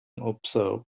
observed